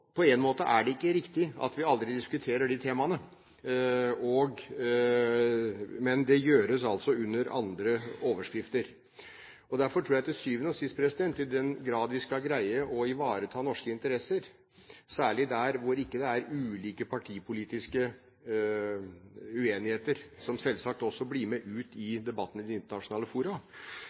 på en måte er det ikke riktig at vi aldri diskuterer de temaene, men det gjøres altså under andre overskrifter. I den grad vi skal greie å ivareta norske interesser, særlig der hvor det ikke er ulike partipolitiske uenigheter – som selvsagt også blir med ut i debattene i internasjonale fora